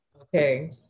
Okay